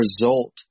result